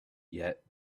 yet